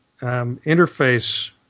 interface